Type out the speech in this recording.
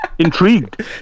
Intrigued